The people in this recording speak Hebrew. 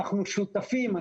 אנחנו שותפים.